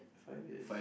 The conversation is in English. five years